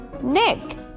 Nick